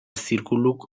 zirkuluk